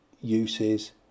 uses